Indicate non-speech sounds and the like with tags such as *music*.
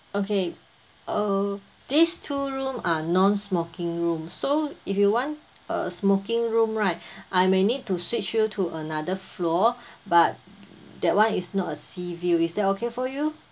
okay uh these two room are non smoking room so if you want a smoking room right *breath* I may need to switch you to another floor but that one is not a sea view is that okay for you